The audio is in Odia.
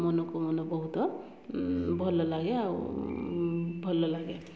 ମନକୁ ମନ ବହୁତ ଭଲ ଲାଗେ ଆଉ ଭଲ ଲାଗେ